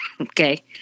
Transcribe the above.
Okay